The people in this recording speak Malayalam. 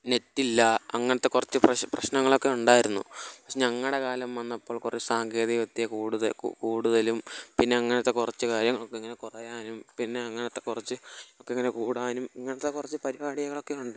നെറ്റില്ല അങ്ങനത്തെ കുറച്ച് പ്രശ് പ്രശ്നങ്ങള് ഒക്കെ ഉണ്ടായിരുന്നു പക്ഷെ ഞങ്ങളുടെ കാലം വന്നപ്പോൾ കുറച്ചു സാങ്കേതിക വിദ്യ കൂടുത കു കൂടുതലും പിന്നെ അങ്ങനത്തെ കുറച്ച് കാര്യം ഒക്കെ അങ്ങനെ കുറെ അനു പിന്നെ അങ്ങനത്തെ കുറച്ച് ഒക്കെ അങ്ങനെ കൂടാനും ഇങ്ങനത്തെ കുറച്ച് പരിപാടികളൊക്കെ ഉണ്ട്